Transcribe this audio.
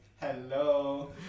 Hello